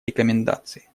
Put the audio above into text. рекомендации